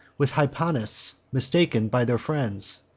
with hypanis, mistaken by their friends.